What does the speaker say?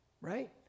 Right